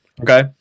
Okay